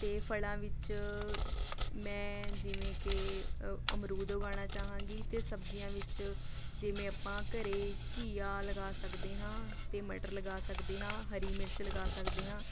ਅਤੇ ਫਲਾਂ ਵਿੱਚ ਮੈਂ ਜਿਵੇਂ ਕਿ ਅ ਅਮਰੂਦ ਉਗਾਉਣਾ ਚਾਹਾਂਗੀ ਅਤੇ ਸਬਜ਼ੀਆਂ ਵਿੱਚ ਜਿਵੇਂ ਆਪਾਂ ਘਰੇ ਘੀਆ ਲਗਾ ਸਕਦੇ ਹਾਂ ਅਤੇ ਮਟਰ ਲਗਾ ਸਕਦੇ ਹਾਂ ਹਰੀ ਮਿਰਚ ਲਗਾ ਸਕਦੇ ਹਾਂ